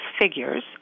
figures